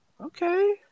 Okay